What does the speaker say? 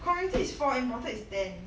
community if four imported is ten